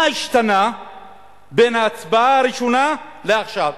מה השתנה בין ההצבעה הראשונה לעכשיו?